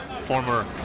former